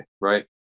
right